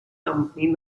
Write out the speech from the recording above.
company